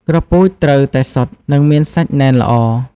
គ្រាប់ពូជត្រូវតែសុទ្ធ និងមានសាច់ណែនល្អ។